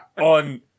on